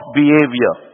behavior